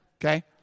Okay